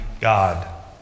God